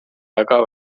väga